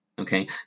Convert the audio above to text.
Okay